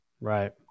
Right